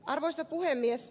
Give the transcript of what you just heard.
arvoisa puhemies